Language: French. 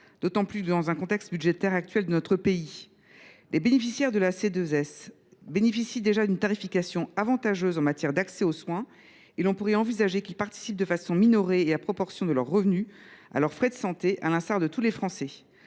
d’autant plus dans le contexte budgétaire actuel de notre pays. Les bénéficiaires de la C2S bénéficient déjà d’une tarification avantageuse en matière d’accès aux soins. On pourrait envisager qu’ils participent, de façon minorée et à proportion de leurs revenus, à leurs frais de santé, à l’instar de tous les Français.